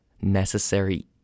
necessary